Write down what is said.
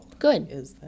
Good